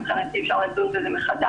אני מבקשת להתייחס לעניין התלונה המקוונת.